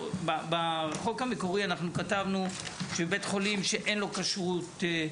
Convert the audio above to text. בחוק המקורי אנחנו כתבנו שבית חולים שאין לו כשרות,